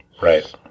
Right